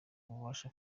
bubasha